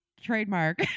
Trademark